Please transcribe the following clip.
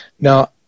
now